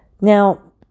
Now